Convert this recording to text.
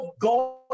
God